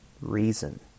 reason